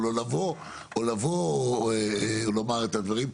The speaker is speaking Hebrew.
לא לבוא או לבוא או לומר את הדברים,